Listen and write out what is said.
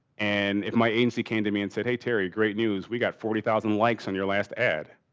and if my agency came to me and said hey, terry, great news, we got forty thousand likes on your last ad.